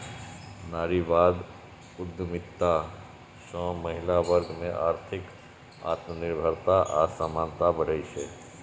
नारीवादी उद्यमिता सं महिला वर्ग मे आर्थिक आत्मनिर्भरता आ समानता बढ़ै छै